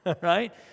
right